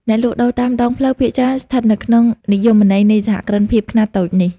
អ្នកលក់ដូរតាមដងផ្លូវភាគច្រើនស្ថិតនៅក្នុងនិយមន័យនៃសហគ្រិនភាពខ្នាតតូចនេះ ។